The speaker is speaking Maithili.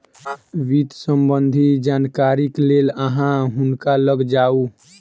वित्त सम्बन्धी जानकारीक लेल अहाँ हुनका लग जाऊ